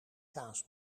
kaas